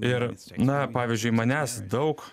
ir na pavyzdžiui manęs daug